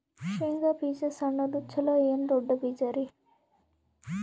ಶೇಂಗಾ ಬೀಜ ಸಣ್ಣದು ಚಲೋ ಏನ್ ದೊಡ್ಡ ಬೀಜರಿ?